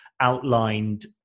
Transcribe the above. outlined